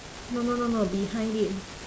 no no no no behind him